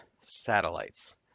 satellites